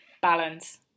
balance